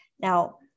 Now